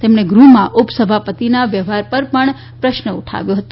તેમણે ગૃહમાં ઉપસભાપતિના વ્યવહાર પર પણ પ્રશ્ન ઉઠાવ્યો છે